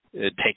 take